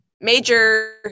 major